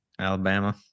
Alabama